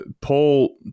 paul